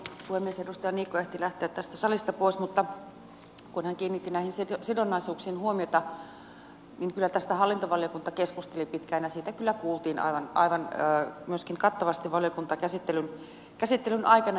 edustaja niikko ehti lähteä tästä salista pois mutta kun hän kiinnitti näihin sidonnaisuuksiin huomiota niin kyllä tästä hallintovaliokunta keskusteli pitkään ja siitä kyllä kuultiin aivan kattavasti myöskin valiokuntakäsittelyn aikana